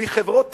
מחברות טבק,